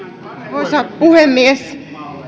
arvoisa puhemies